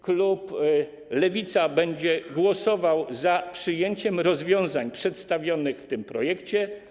Klub Lewica będzie głosował za przyjęciem rozwiązań przedstawionych w tym projekcie.